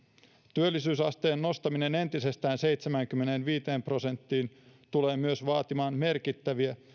työllisyysasteen nostaminen entisestään seitsemäänkymmeneenviiteen prosenttiin tulee myös vaatimaan merkittäviä